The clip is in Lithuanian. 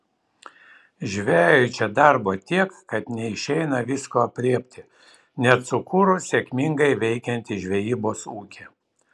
žvejui čia darbo tiek kad neišeina visko aprėpti net sukūrus sėkmingai veikiantį žvejybos ūkį